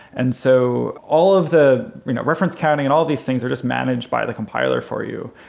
and so all of the you know reference counting an all of these things are just managed by the compiler for you.